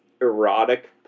erotic